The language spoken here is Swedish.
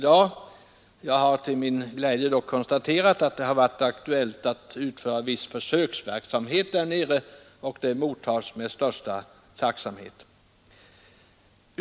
Jag har emellertid till min glädje konstaterat att det nu är aktuellt med viss försöksverksamhet där nere, och det hälsar jag med största tacksamhet.